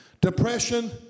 Depression